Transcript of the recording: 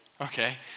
okay